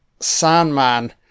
Sandman